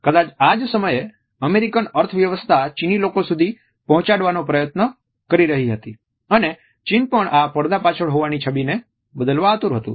કદાચ આ જ સમયે અમેરીકન અર્થવ્યવસ્થા ચીની લોકો સુધી પહોંચાડવાનો પ્રયાસ કરી રહી હતી અને ચીન પણ આ પડદા પાછળ હોવાની છબીને બદલવા આતુર હતું